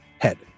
head